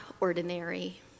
ordinary